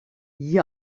gli